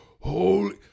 Holy